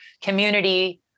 community